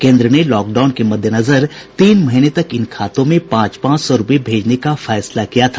केंद्र ने लॉकडाउन के मद्देनजर तीन महीने तक इन खातों में पांच पांच सौ रूपये भेजने का फैसला किया था